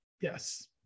Yes